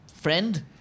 friend